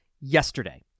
yesterday